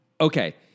Okay